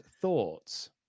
Thoughts